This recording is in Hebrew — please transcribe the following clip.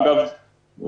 אגב,